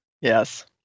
Yes